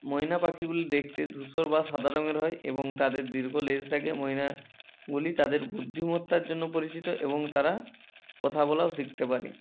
ময়না পাখিগুলি দেখতে ধূসর বা সাদা রঙের হয় এবং তাদের দীর্ঘ লেজ থাকে ময়নাগুলি তাদের বুদ্ধিমত্তার জন্য পরিচিত এবং তারা কথা বলাও শিখতে পারে